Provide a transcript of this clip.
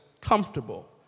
comfortable